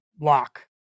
lock